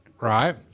right